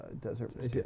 Desert